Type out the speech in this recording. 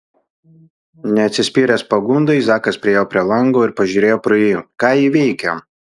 neatsispyręs pagundai zakas priėjo prie lango ir pažiūrėjo pro jį ką ji veikia